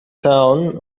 town